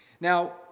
Now